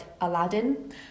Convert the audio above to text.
aladdin